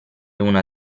una